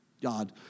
God